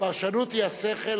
הפרשנות היא השכל,